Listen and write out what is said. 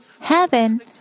Heaven